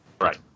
Right